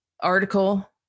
article